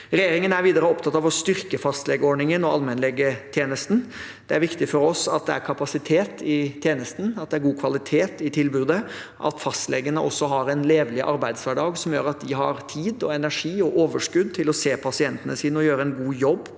Regjeringen er videre opptatt av å styrke fastlegeordningen og allmennlegetjenesten. Det er viktig for oss at det er kapasitet i tjenesten, at det er god kvalitet i tilbudet, og at fastlegene også har en levelig arbeidshverdag som gjør at de har tid, energi og overskudd til å se pasientene sine og gjøre en god jobb